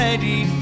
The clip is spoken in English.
Ready